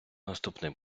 наступний